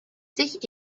sich